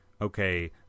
okay